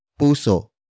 Puso